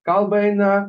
kalba eina